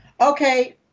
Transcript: okay